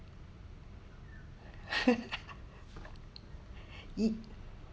eat